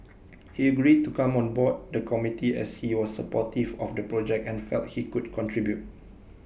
he agreed to come on board the committee as he was supportive of the project and felt he could contribute